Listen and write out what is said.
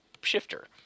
shifter